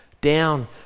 down